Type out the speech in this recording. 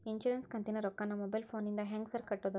Insurance ಕಂತಿನ ರೊಕ್ಕನಾ mobile ಫೋನಿಂದ ಹೆಂಗ್ ಸಾರ್ ಕಟ್ಟದು?